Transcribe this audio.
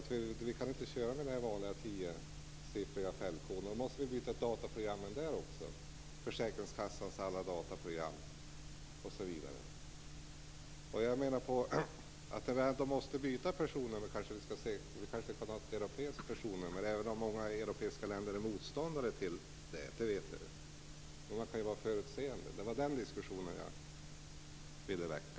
Då kan vi inte använda de vanliga tiosiffriga fältkoden, utan försäkringskassornas alla dataprogram måste då bytas ut osv. Om vi ändå måste ändra personnumren kanske vi skulle kunna ha ett europeiskt personnummer, även om många europeiska länder är motståndare till det. Men man kan ju vara förutseende. Det var den diskussionen som jag ville väcka.